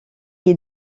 est